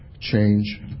change